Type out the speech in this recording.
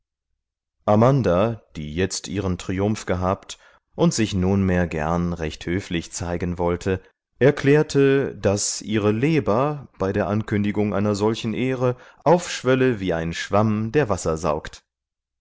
amanda die jetzt ihren triumph gehabt und sich nunmehr gern recht höflich zeigen wollte erklärte daß ihre leber bei der ankündigung einer solchen ehre aufschwölle wie ein schwamm der wasser saugt